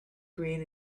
green